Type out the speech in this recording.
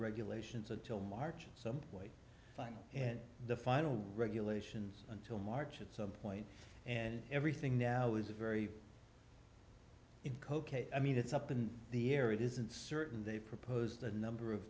regulations until march in some way final and the final regulations until march at some point and everything now is a very i mean it's up in the air it isn't certain they've proposed a number of